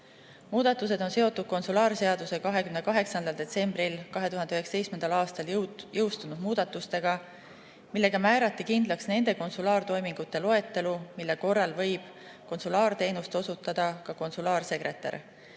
Muudatused on seotud konsulaarseaduse 28. detsembril 2019. aastal jõustunud muudatustega, millega määrati kindlaks nende konsulaartoimingute loetelu, mille korral võib konsulaarteenust osutada ka konsulaarsekretär.